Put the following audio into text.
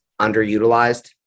underutilized